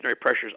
pressures